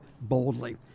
boldly